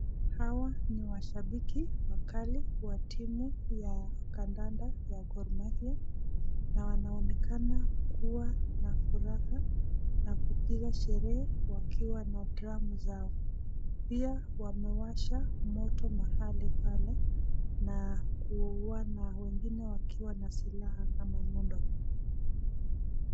Hawa ni mashabiki wakali ya timu ya kandanda ya Gro mahia na wanaonekana kuwa na furaha na kutia sherehe wakiwa wanapewa mazao pia wamewasha moto mahali pale na kuua na wengine wakiwa na Silas kama nyundo.